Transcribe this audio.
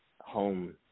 home